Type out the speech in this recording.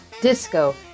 disco